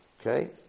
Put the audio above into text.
Okay